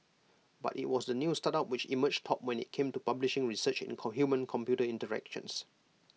but IT was the new startup which emerged top when IT came to publishing research in humancomputer interactions